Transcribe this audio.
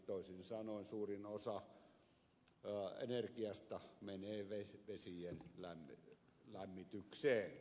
toisin sanoen suurin osa energiasta menee vesien lämmitykseen